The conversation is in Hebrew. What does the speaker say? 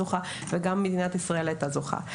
גם האוניברסיטה הייתה זוכה וגם מדינת ישראל הייתה זוכה.